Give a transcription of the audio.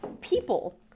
people